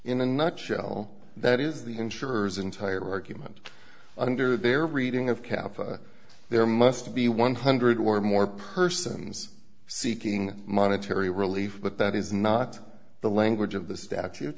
in a nutshell that is the insurers entire argument under their reading of capital there must be one hundred one or more persons seeking monetary relief but that is not the language of the statu